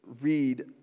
read